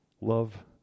Love